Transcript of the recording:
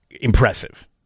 impressive